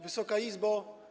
Wysoka Izbo!